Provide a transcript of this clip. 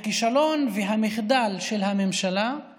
הכישלון והמחדל של הממשלה הוא